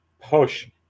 push